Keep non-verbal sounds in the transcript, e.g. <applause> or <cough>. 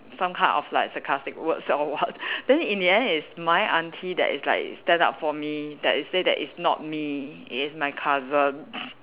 some kind of like sarcastic words or what then in the end it's my aunty that is like stand up for me that is say that it's not me it is my cousin <noise>